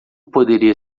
poderia